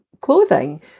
clothing